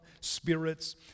spirits